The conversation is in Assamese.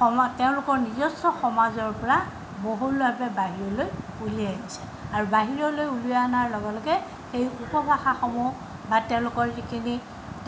সমা তেওঁলোকৰ নিজস্ব সমাজৰ পৰা বহুলভাৱে বাহিৰলৈ উলিয়াই আহিছে আৰু বাহিৰলৈ উলিয়াই অনাৰ লগে লগে সেই উপভাষাসমূহ বা তেওঁলোকৰ যিখিনি